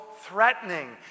threatening